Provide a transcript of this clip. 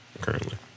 Currently